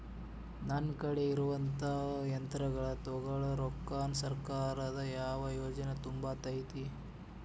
ನನ್ ಕಡೆ ಇರುವಂಥಾ ಯಂತ್ರಗಳ ತೊಗೊಳು ರೊಕ್ಕಾನ್ ಸರ್ಕಾರದ ಯಾವ ಯೋಜನೆ ತುಂಬತೈತಿ?